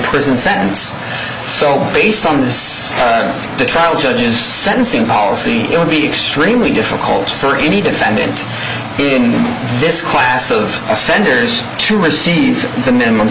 prison sentence so based on his trial judge's sentencing policy it would be extremely difficult for any defendant in this class of offenders to receive a minimum